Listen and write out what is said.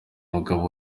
umugabo